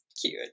cute